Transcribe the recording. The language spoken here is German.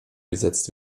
gesetzt